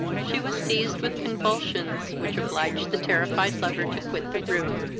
she was seized with convulsions, which obliged the terrified lover to quit the room.